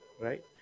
right